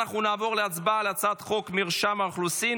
אנחנו נעבור להצבעה על הצעת חוק מרשם האוכלוסין